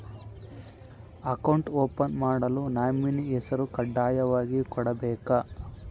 Account open ಮಾಡಲು nominee ಹೆಸರು ಕಡ್ಡಾಯವಾಗಿ ಕೊಡಬೇಕಾ?